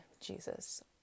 jesus